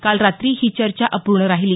काल रात्री ही चर्चा अपूर्ण राहिली